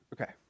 Okay